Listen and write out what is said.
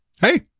Hey